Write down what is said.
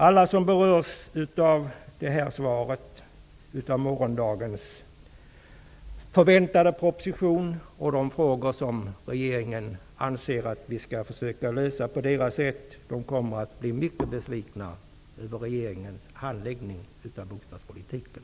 Alla som berörs av dagens svar och morgondagens förväntade proposition och de problem som regeringen anser att vi skall försöka lösa på deras sätt, kommer att bli mycket besvikna över regeringens handläggning av bostadspolitiken.